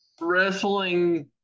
wrestling